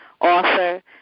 author